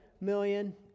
million